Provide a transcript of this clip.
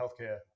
healthcare